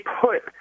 put